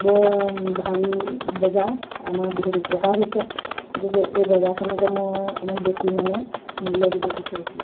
বৰ ভাল বজাৰ আমাৰ বহুত উপকাৰ হৈছে গতিকে এই বজাৰখনকে মই অকণমান বেছিকে মানে মূল্য দিব বিচাৰিছোঁ